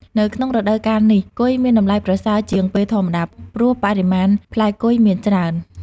នៅក្នុងរដូវកាលនេះ គុយមានតម្លៃប្រសើរជាងពេលធម្មតា ព្រោះបរិមាណផ្លែគុយ មានច្រើន ។